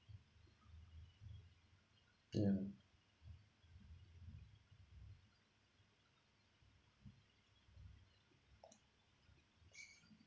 ya